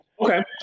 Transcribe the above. Okay